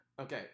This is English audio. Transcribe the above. Okay